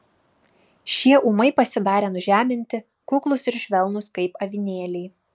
šie ūmai pasidarė nužeminti kuklūs ir švelnūs kaip avinėliai